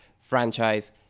franchise